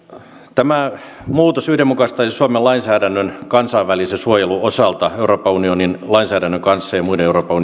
tämä muutos yhdenmukaistaisi suomen lainsäädännön kansainvälisen suojelun osalta euroopan unionin lainsäädännön kanssa ja muiden euroopan